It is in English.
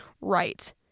right